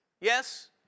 Yes